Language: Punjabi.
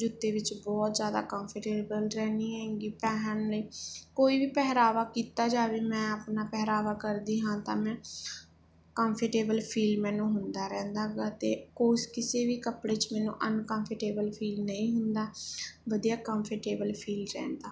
ਜੁੱਤੇ ਵਿੱਚ ਬਹੁਤ ਜ਼ਿਆਦਾ ਕੰਫਰਟੇਬਲ ਰਹਿੰਦੀ ਹੈਗੀ ਪਹਿਨਣੇ ਕੋਈ ਵੀ ਪਹਿਰਾਵਾ ਕੀਤਾ ਜਾਵੇ ਮੈਂ ਆਪਣਾ ਪਹਿਰਾਵਾ ਕਰਦੀ ਹਾਂ ਤਾਂ ਮੈਂ ਕੰਫਟੇਬਲ ਫੀਲ ਮੈਨੂੰ ਹੁੰਦਾ ਰਹਿੰਦਾ ਹੈਗਾ ਅਤੇ ਕਿਸੇ ਕਿਸੇ ਵੀ ਕੱਪੜੇ 'ਚ ਮੈਨੂੰ ਅਨਕੰਫਰਟੇਬਲ ਫੀਲ ਨਹੀਂ ਹੁੰਦਾ ਵਧੀਆ ਕੰਫਰਟੇਬਲ ਫੀਲ ਰਹਿੰਦਾ